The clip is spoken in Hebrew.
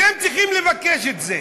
אתם צריכים לבקש את זה.